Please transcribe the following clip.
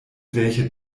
welche